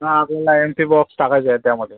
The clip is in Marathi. हा आपल्याला एम्प्टी बॉक्स टाकायचे आहेत त्यामध्ये